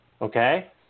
Okay